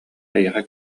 эйиэхэ